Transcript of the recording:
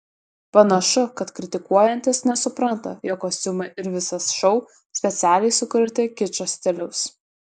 panašu kad kritikuojantys nesupranta jog kostiumai ir visas šou specialiai sukurti kičo stiliaus